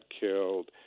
killed—